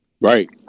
Right